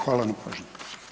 Hvala na pažnji.